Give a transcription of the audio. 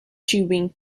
chewing